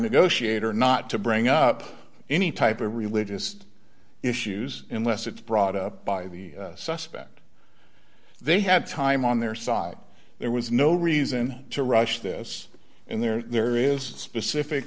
negotiator not to bring up any type of religious issues unless it's brought up by the suspect they had time on their side there was no reason to rush this and there is a specific